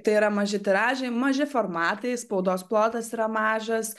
tai yra maži tiražai maži formatai spaudos plotas yra mažas